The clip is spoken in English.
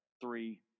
three